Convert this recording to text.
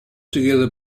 together